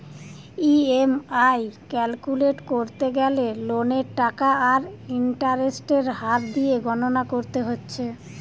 EMI calculate কোরতে গ্যালে লোনের টাকা আর ইন্টারেস্টের হার দিয়ে গণনা কোরতে হচ্ছে